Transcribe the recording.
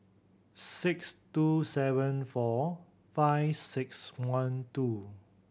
six two seven four five six one two